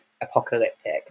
apocalyptic